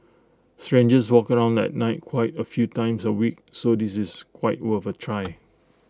strangers walk around at night quite A few times A week so this is quite worth A try